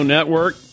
Network